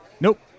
Nope